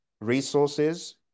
resources